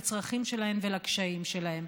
לצרכים שלהם ולקשיים שלהם.